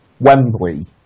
Wembley